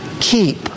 keep